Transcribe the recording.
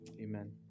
Amen